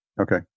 Okay